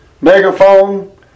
megaphone